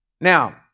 Now